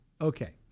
Okay